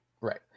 Right